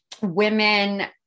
women